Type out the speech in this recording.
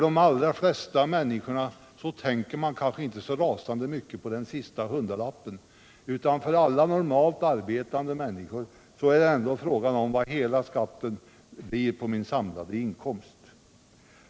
De allra flesta människor tänker kanske inte så rasande mycket på den sista hundralappen. För alla normalt arbetande människor är det ändå fråga om vad hela skatten blir på den samlade inkomsten.